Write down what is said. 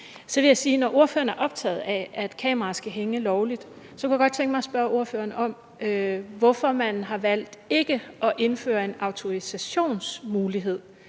Når ordføreren er optaget af, at kameraer skal hænge lovligt, så kunne jeg godt tænke mig at spørge ordføreren om, hvorfor man har valgt ikke at indføre en autorisationsmulighed